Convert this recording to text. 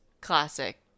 classic